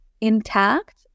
intact